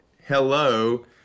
hello